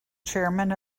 chairman